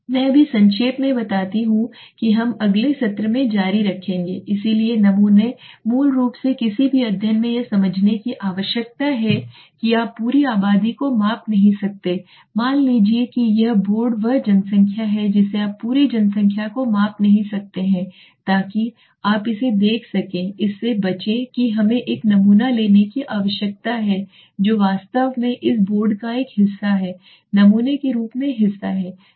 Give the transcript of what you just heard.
मैं अभी संक्षेप में बताता हूं कि हम अगले सत्र में जारी रखेंगे इसलिए नमूने मूल रूप से किसी भी अध्ययन में यह समझने की आवश्यकता है कि आप पूरी आबादी को माप नहीं सकते मान लीजिए कि यह बोर्ड वह जनसंख्या है जिसे आप पूरी जनसंख्या को माप नहीं सकते हैं ताकि आप इसे देख सकें इससे बचें कि हमें एक नमूना लेने की आवश्यकता है जो वास्तव में इस बोर्ड का एक हिस्सा है नमूने के रूप में हिस्सा है